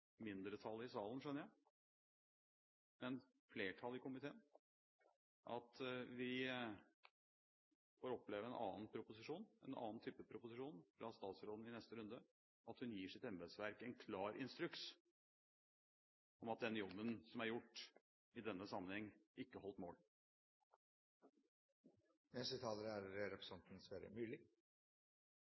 mindretallet i salen, skjønner jeg, men for flertallet i komiteen – at vi får oppleve en annen type proposisjon fra statsråden i neste runde, at hun gir sitt embetsverk en klar instruks om at den jobben som er gjort i denne sammenheng, ikke holdt